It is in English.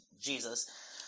Jesus